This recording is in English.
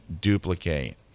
duplicate